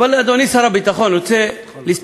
אומנם זו בדיחה, אבל זו